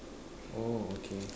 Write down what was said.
oh okay